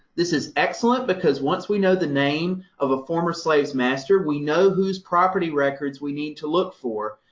this is excellent, because once we know the name of a former slave's master, we know whose property records we need to look for,